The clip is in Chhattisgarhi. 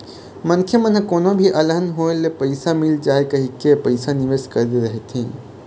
मनखे मन ह कोनो भी अलहन आए ले पइसा मिल जाए कहिके ही पइसा निवेस करे रहिथे